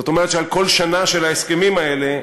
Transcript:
זאת אומרת שעל כל שנה של ההסכמים האלה,